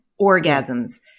orgasms